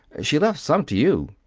she left some to you.